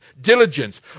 diligence